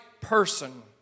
person